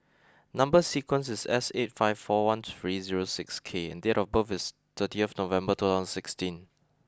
number sequence is S eight five four one three zero six K and date of birth is thirty of November two thousand sixteen